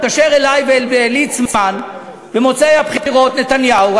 התקשר אלי ואל ליצמן במוצאי הבחירות נתניהו,